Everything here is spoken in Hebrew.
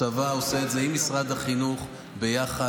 הצבא עושה את זה עם משרד החינוך ביחד,